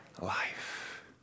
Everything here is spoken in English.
Life